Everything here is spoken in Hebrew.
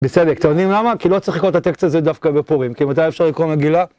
בצדק, אתם יודעים למה? כי לא צריך לקרוא את הטקסט הזה דווקא בפורים, כי מתי אפשר לקרוא מגילה?